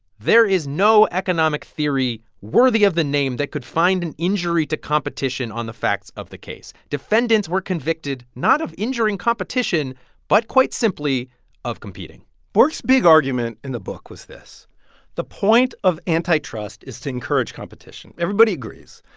there is no economic theory worthy of the name that could find an injury to competition on the facts of the case. defendants were convicted not of injuring competition but quite simply of competing bork's big argument in the book was this the point of antitrust is to encourage competition, everybody agrees.